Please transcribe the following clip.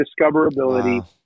discoverability